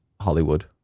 Hollywood